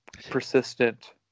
Persistent